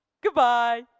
Goodbye